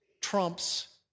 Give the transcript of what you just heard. trumps